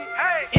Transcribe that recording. hey